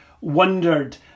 wondered